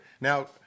Now